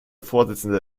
vorsitzender